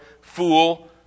fool